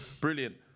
Brilliant